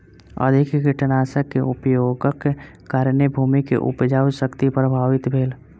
अधिक कीटनाशक के उपयोगक कारणेँ भूमि के उपजाऊ शक्ति प्रभावित भेल